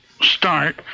start